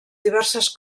diverses